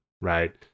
right